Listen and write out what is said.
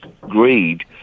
greed